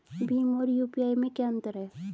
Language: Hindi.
भीम और यू.पी.आई में क्या अंतर है?